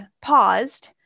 paused